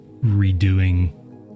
redoing